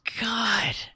God